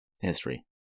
history